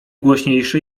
głośniejszy